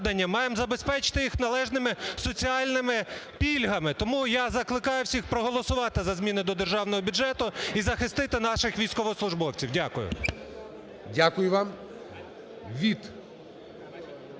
маємо забезпечити їх належними соціальними пільгами. Тому я закликаю всіх проголосувати за зміни до державного бюджету і захисти наших військовослужбовців. ГОЛОВУЮЧИЙ. Дякую вам. Від